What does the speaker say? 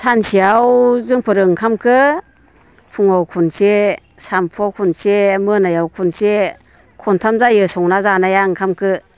सानसेयाव जोंफोरो ओंखामखौ फुङाव खनसे सानजौफुआव खनसे मोनायाव खनसे खनथाम जायो संना जानाया ओंखामखौ